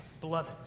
beloved